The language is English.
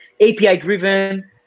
API-driven